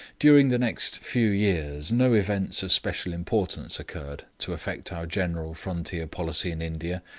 during the next few years no events of special importance occurred to affect our general frontier policy in india,